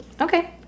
Okay